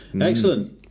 Excellent